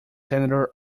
senator